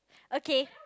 okay